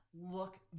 look